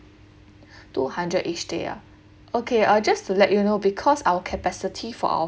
two hundred each day ah okay uh just to let you know because our capacity for our